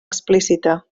explícita